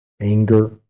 anger